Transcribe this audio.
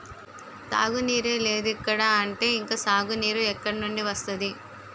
తాగునీరే లేదిక్కడ అంటే ఇంక సాగునీరు ఎక్కడినుండి వస్తది?